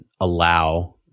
allow